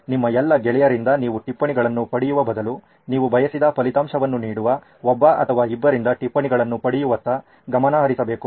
ನಿಮ್ಮ ಎಲ್ಲ ಗೆಳೆಯರಿಂದ ನೀವು ಟಿಪ್ಪಣಿಗಳನ್ನು ಪಡೆಯುವ ಬದಲು ನೀವು ಬಯಸಿದ ಫಲಿತಾಂಶವನ್ನು ನೀಡುವ ಒಬ್ಬ ಅಥವಾ ಇಬ್ಬರಿಂದ ಟಿಪ್ಪಣಿಗಳನ್ನು ಪಡೆಯುವತ್ತ ಗಮನ ಹರಿಸಬೇಕು